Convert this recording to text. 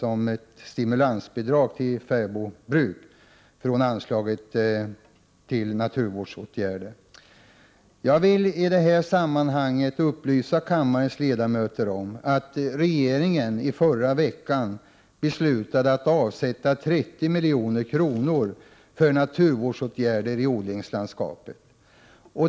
som ett stimulansbidrag till fäbodbruk från anslaget till naturvårdsåtgärder. Jag vill i detta sammanhang upplysa kammarens ledamöter om att regeringen i förra veckan beslutade att avsätta 30 milj.kr. för naturvårdsåtgärder i odlingslandskapet.